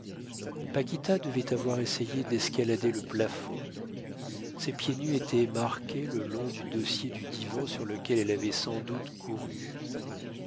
lutté long-temps paquita devait avoir essayé d'escalader le plafond ses pieds nus étaient marqués le long du dossier du divan sur lequel elle avait sans doute couru